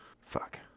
Fuck